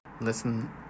Listen